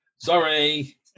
Sorry